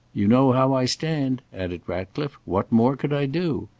you know how i stand added ratcliffe what more could i do?